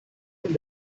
von